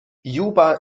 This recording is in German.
juba